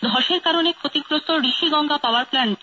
ধ্বসের কারণে ক্ষতিগ্রস্ত Rishiganga power plant